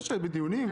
זה בדיונים,